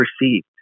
received